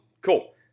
Cool